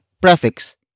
prefix